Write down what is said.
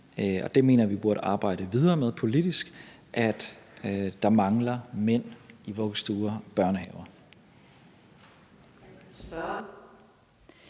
det mener jeg vi burde arbejde videre med politisk – at der mangler mænd i vuggestuer og børnehaver.